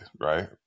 right